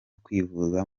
kwivuza